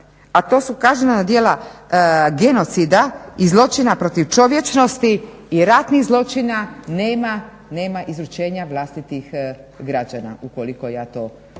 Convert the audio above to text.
a to su kažnjena djela genocida i zločina protiv čovječnosti i ratnih zločina nema izručenja vlastitih građana ukoliko ja to